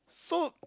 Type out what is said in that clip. so